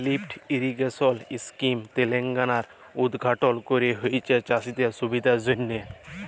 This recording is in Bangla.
লিফ্ট ইরিগেশল ইসকিম তেলেঙ্গালাতে উদঘাটল ক্যরা হঁয়েছে চাষীদের সুবিধার জ্যনহে